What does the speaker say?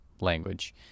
language